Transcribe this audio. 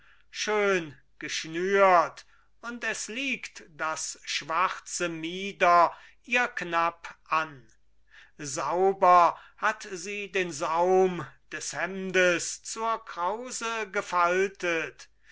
schön geschnürt und es liegt das schwarze mieder ihr knapp an sauber hat sie den saum des hemdes zur krause gefaltet